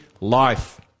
life